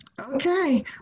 okay